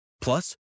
Plus